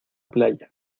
playa